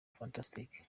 fantastic